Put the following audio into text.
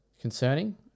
concerning